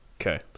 Okay